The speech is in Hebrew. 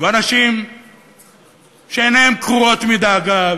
ואנשים שעיניהם קרועות מדאגה,